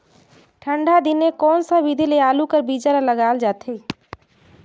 ठंडा दिने कोन सा विधि ले आलू कर बीजा ल लगाल जाथे?